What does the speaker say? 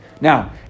Now